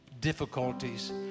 difficulties